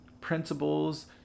principles